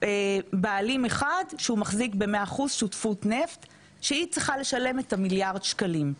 בעלים אחד שמחזיק ב-100% שותפות נפט שהיא צריכה לשלם את מיליארד השקלים.